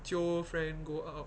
jio friend go out